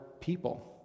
people